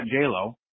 JLo